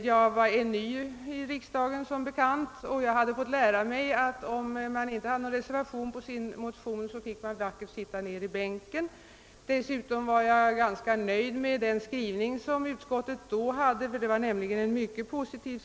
Jag var som bekant ny i riksdagen, och jag hade fått lära mig att man vackert fick sitta kvar i bänken när det inte fanns någon reservation för ens motion. Dessutom var jag ganska nöjd med utskottets skrivning i våras, som var mycket positiv.